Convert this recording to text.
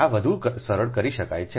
આ વધુ સરળ કરી શકાય છે